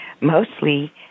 mostly